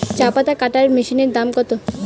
চাপাতা কাটর মেশিনের দাম কত?